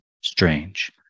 strange